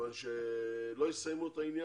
זה לא יסתיים,